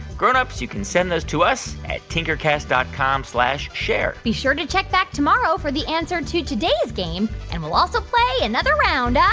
grown-ups, you can send those to us at tinkercast dot com share be sure to check back tomorrow for the answer to today's game, and we'll also play another round